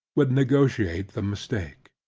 would negotiate the mistake.